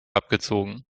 abgezogen